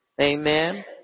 Amen